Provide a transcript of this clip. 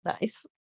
nice